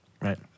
right